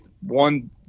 one